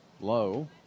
Low